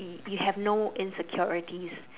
you have no insecurities